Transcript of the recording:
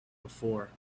before